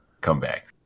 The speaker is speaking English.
comeback